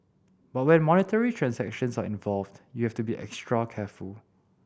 but when monetary transactions are involved you have to be extra careful